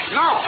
no